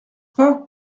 pas